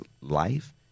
life